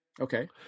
Okay